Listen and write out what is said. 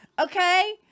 okay